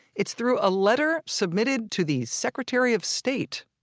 it's through a letter submitted to the secretary of state?